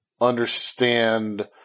understand